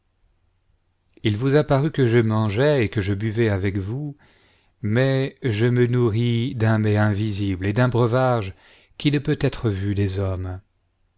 il vous a paru que je mangeais et que je buvais avec vous mais je me nourris d'un mets invisible et d'un breuvage qui ne peut être vu des hommes